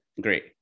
great